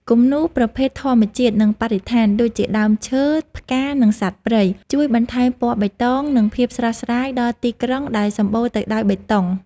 គំនូរប្រភេទ ធម្មជាតិ និងបរិស្ថាន ដូចជាដើមឈើ ផ្កា និងសត្វព្រៃ ជួយបន្ថែមពណ៌បៃតង និងភាពស្រស់ស្រាយដល់ទីក្រុងដែលសម្បូរទៅដោយបេតុង។